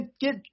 get